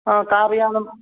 हा कार्यानं